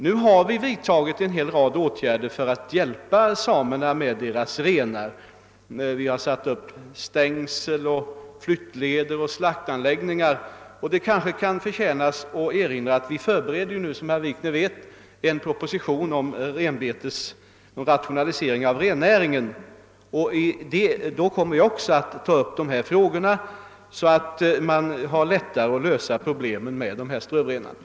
Vi har också vidtagit en hel rad åtgärder för att hjälpa samerna med deras renar. Vi har t.ex. satt upp stängsel och ordnat med flyttleder och slaktanläggningar. Jag kan också erinra om att vi nu, som herr Wikner vet, förbereder en proposition om rationalisering av rennäringen, och i det sammanhanget kommer också dessa frågor att tas upp. Då blir det lättare att lösa problemet med strövrenarna.